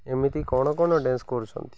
ଏମିତି କ'ଣ କ'ଣ ଡ୍ୟାନ୍ସ କରୁଛନ୍ତି